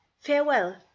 farewell